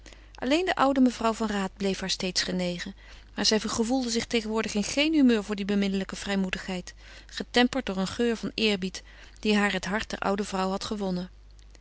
alleen de oude mevrouw van raat bleef haar steeds genegen maar zij gevoelde zich tegenwoordig in geen humeur voor die beminnelijke vrijmoedigheid getemperd door een geur van eerbied die haar het hart der oude vrouw had gewonnen